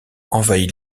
envahit